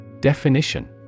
Definition